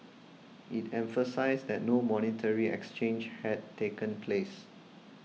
it emphasised that no monetary exchange had taken place